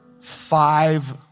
five